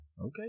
okay